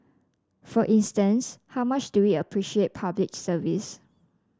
for instance how much do we appreciate Public Service